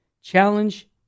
Challenge